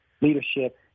leadership